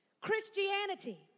Christianity